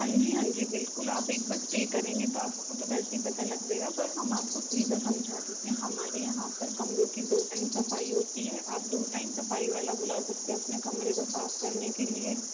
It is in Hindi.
हाँ जी हाँ जी बिल्कुल आप एक बार स्टे करेंगे तो आपको तो वैसे ही पता लग जाएगा पर हम आपको सुविधा समझा देते हैं हमारे यहाँ पर कमरों कि दो टाइम सफाई होती है आप दो टाइम सफाई वाला बुला सकते हो आपने कमरे को साफ करने के लिए